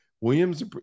Williams